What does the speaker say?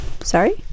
sorry